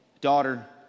daughter